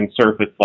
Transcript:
surface